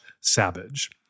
savage